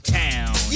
town